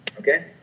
Okay